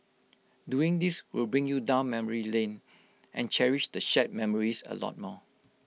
doing this will bring you down memory lane and cherish the shared memories A lot more